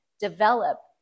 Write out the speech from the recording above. develop